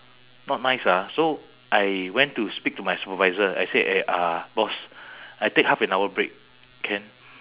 not nice ah so I went to speak to my supervisor I say eh uh boss I take half an hour break can